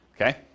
Okay